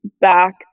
back